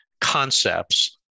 concepts